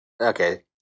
Okay